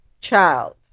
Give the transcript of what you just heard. child